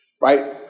Right